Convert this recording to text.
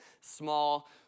small